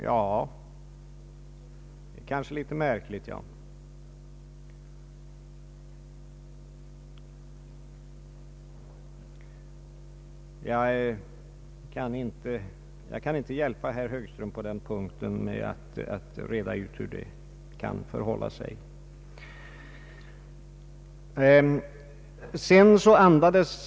Ja, det kanske ser litet märkligt ut, men jag kan tyvärr inte hjälpa herr Högström att reda ut hur det förhåller sig, möjligen kan jag påpeka att det är fråga om två självständiga partier.